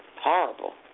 horrible